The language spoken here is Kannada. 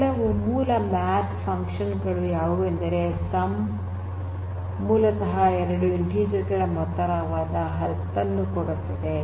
ಕೆಲವು ಮೂಲ ಮ್ಯಾಥ್ ಫನ್ಕ್ಷನ್ ಗಳು ಯಾವುವೆಂದರೆ ಸಂ 3 7 ಮೂಲತಃ ಎರಡು ಇಂಟಿಜರ್ ಗಳ ಮೊತ್ತವಾದ 10 ನ್ನು ಕೊಡುತ್ತದೆ